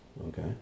Okay